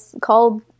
called